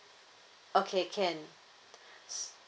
okay can